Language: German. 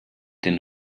den